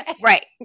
Right